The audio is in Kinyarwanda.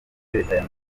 leta